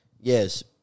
Yes